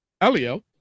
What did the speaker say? Elio